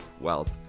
wealth